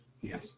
Yes